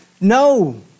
No